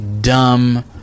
dumb